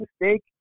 mistake